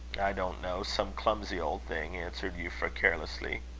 i don't know some clumsy old thing, answered euphra, carelessly.